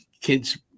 kids